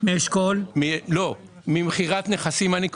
ממכירת נכסים.